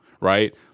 right